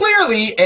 clearly